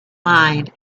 mind